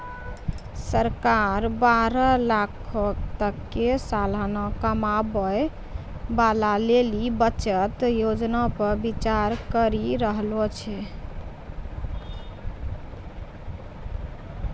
सरकार बारह लाखो तक के सलाना कमाबै बाला लेली बचत योजना पे विचार करि रहलो छै